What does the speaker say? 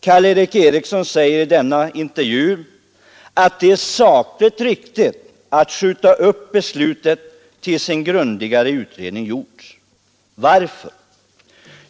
Karl Erik Eriksson sade i denna intervju att det är sakligt riktigt att skjuta upp beslutet tills en grundligare utredning gjorts. Varför?